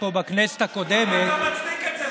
אם היית פה בכנסת הקודמת, למה אתה מצדיק את זה?